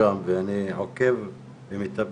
אלה עיקרי הלקחים שלנו משנים